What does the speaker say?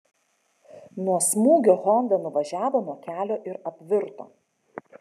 nuo smūgio honda nuvažiavo nuo kelio ir apvirto